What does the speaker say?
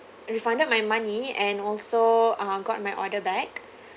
refund my money and also uh got my order back